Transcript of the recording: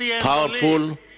powerful